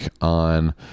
on